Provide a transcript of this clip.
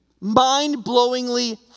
mind-blowingly